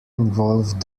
involved